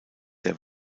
der